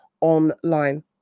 online